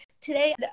today